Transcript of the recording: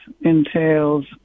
entails